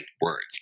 words